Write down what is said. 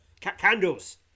Candles